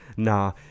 Nah